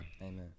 Amen